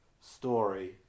story